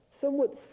somewhat